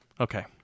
Okay